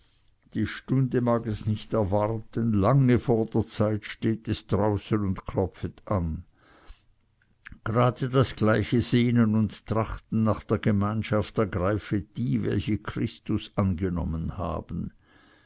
die stunde mag es nicht erwarten lange vor der zeit steht es draußen und klopfet an grade das gleiche sehnen und trachten nach der gemeinschaft ergreifet die welche christus angenommen haben